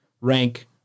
rank